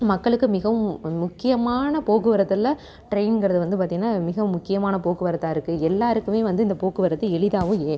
மக்களுக்கு மிகவும் ஒரு முக்கியமான போக்குவரத்தில் ட்ரெயின்ங்கிறது வந்து பார்த்திங்கனா மிக முக்கியமான போக்குவரத்தாக இருக்குது எல்லாருக்குமே வந்து இந்த போக்குவரத்து எளிதாகவும் ஏ